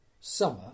summer